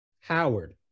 Howard